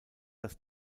das